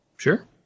Sure